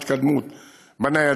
יש התקדמות בניידות,